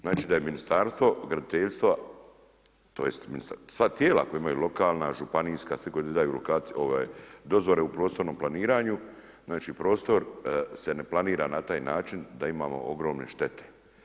Znači da je Ministarstvo graditeljstva, tj. sva tijela koja imaju lokalna, županijska svi koji izdaju lokacije, dozvole u prostornom planiranju, znači prostor se ne planira na taj način da imamo ogromne štete.